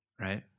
right